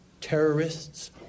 terrorists